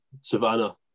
Savannah